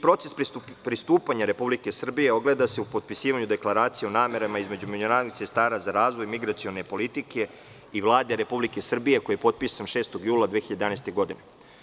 Proces pristupanja Republike Srbije ogleda se u potpisivanju deklaracije o namerama između međunarodnih centara za razvoj migracione politike i Vlade Republike Srbije, koji je potpisan 6. jula 2011. godine.